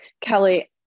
Kelly